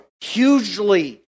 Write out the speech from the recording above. hugely